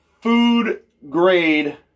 food-grade